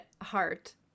heart